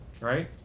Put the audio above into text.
Right